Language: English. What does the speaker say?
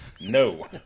No